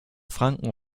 franken